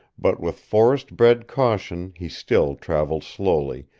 but with forest-bred caution he still traveled slowly,